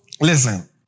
Listen